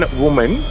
woman